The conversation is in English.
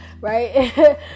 right